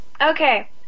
Okay